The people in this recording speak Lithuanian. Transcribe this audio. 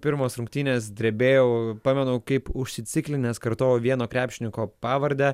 pirmos rungtynės drebėjau pamenu kaip užsiciklinęs kartojau vieno krepšininko pavardę